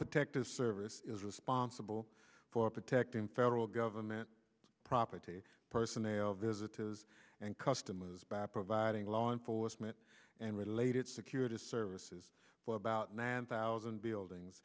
protective service is responsible for protecting federal government property personnel visitors and customers by providing law enforcement and related security services about nan thousand buildings